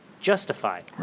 justified